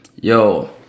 Yo